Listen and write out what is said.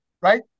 right